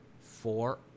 four